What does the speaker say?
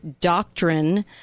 doctrine